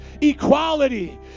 equality